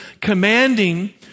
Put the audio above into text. commanding